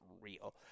real